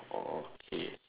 okay